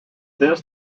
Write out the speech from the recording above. this